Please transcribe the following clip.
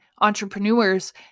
entrepreneurs